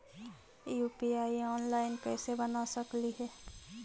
UPI online कैसे बना सकली हे?